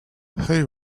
hey